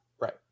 right